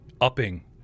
upping